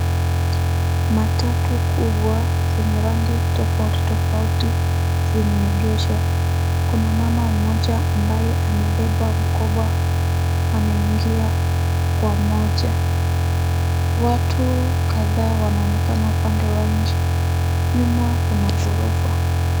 Matatu kubwa zenye rangi tofauti tofauti zimeegeshwa. Kuna mama mmoja ambaye amebeba mkoba anaingia kwa moja. Watu kadhaa wanaonekana upande wa nje. Nyuma kuna ghorofa.